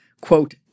quote